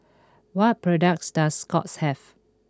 what products does Scott's have